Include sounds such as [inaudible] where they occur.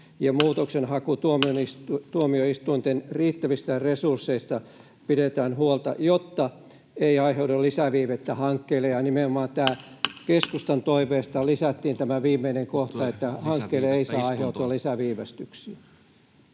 muutoksenhakutuomioistuinten riittävistä resursseista pidetään huolta, jotta ei aiheudu lisäviivettä hankkeille. Ja [noise] nimenomaan keskustan toiveesta lisättiin tämä viimeinen kohta, että... ...hankkeille ei saa aiheutua lisäviivästyksiä.